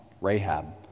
Rahab